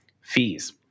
fees